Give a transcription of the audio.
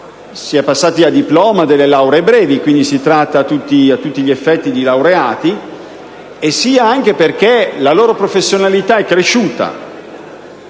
si è passati dal diploma alle lauree brevi, e quindi si tratta, a tutti gli effetti, di laureati. Inoltre, la loro professionalità è cresciuta: